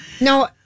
No